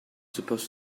supposed